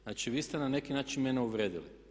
Znači vi ste na neki način mene uvrijedili.